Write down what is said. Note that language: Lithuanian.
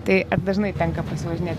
tai ar dažnai tenka pasivažinėt